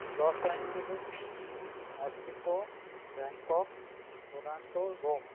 loss Angeles Mexico Bangkok Toronto Rome